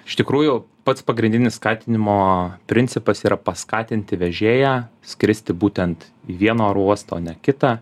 iš tikrųjų pats pagrindinis skatinimo principas yra paskatinti vežėją skristi būtent į vieną oro uostą o ne kitą